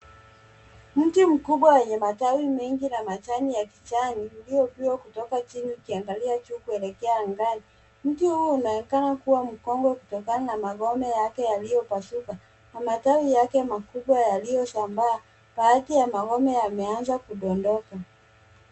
Mti mkubwa wenye matawi mengi na majani ya kijani, uliopigwa kutoka chini ukiangalia juu kuelekea angani. Mti huo unaonekana ukiwa mkongwe kutokana na magome yake yaliyopasuka na matawi yake makubwa yaliyosambaa. Baadhi ya magome yameanza kudondoka.